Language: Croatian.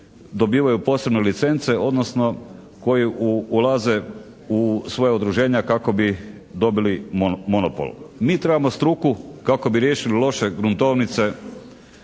dobivaju posebne licence, odnosno koji ulaze u svoja udruženja kako bi dobili monopol. Mi trebamo struku kako bi riješili loše gruntovnice